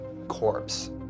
corpse